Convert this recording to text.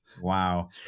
Wow